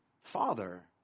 father